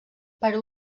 per